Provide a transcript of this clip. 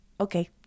Okay